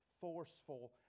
forceful